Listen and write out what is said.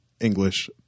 English